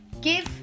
give